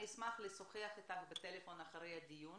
אני אשמח לשוחח איתך בטלפון אחרי הדיון